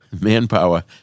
manpower